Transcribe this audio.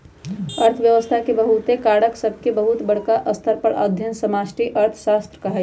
अर्थव्यवस्था के बहुते कारक सभके बहुत बरका स्तर पर अध्ययन समष्टि अर्थशास्त्र कहाइ छै